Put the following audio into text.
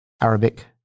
Arabic